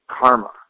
Karma